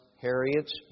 Harriet's